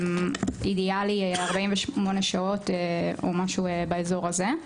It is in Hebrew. אידיאלי 48 שעות או משהו באזור הזה.